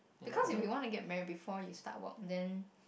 because if you wanna get married before you start work then